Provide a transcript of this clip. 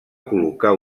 col·locar